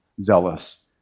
zealous